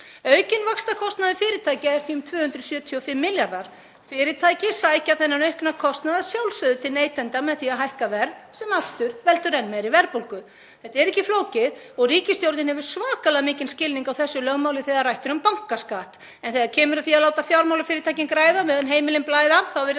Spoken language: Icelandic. Þetta er ekki flókið og ríkisstjórnin hefur svakalega mikinn skilning á þessu lögmáli þegar rætt er um bankaskatt. En þegar kemur að því að láta fjármálafyrirtækin græða á meðan heimilin blæða virðast